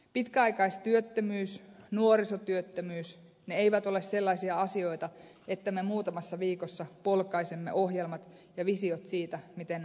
pitkäaikaistyöttömyys nuorisotyöttömyys ne eivät ole sellaisia asioita että me muutamassa viikossa polkaisemme ohjelmat ja visiot siitä miten nämä asiat korjataan